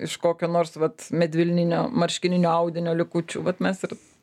iš kokio nors vat medvilninio marškininio audinio likučių vat mes ir